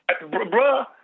bruh